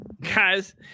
Guys